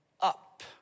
up